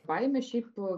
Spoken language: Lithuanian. laimė šiaipo